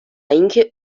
اینکه